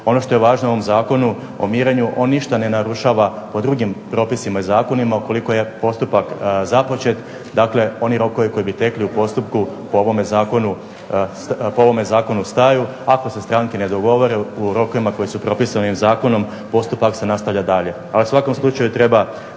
Ono što je važno u ovom Zakonu o mirenju, on ništa ne narušava po drugim propisima i zakonima, ukoliko je postupak započet, dakle oni rokovi koji bi tekli u postupku po ovome zakonu staju, ako se stranke ne dogovore u rokovima koji su propisani zakonom, postupak se nastavlja dalje. Ali u svakom slučaju treba